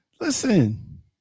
Listen